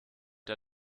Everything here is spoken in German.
der